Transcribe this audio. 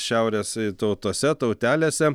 šiaurės tautose tautelėse